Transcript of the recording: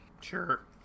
Sure